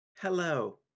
hello